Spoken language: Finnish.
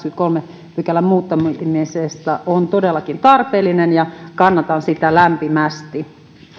kahdeksannenkymmenennenkolmannen pykälän muuttamisesta on todellakin tarpeellinen ja kannatan sitä lämpimästi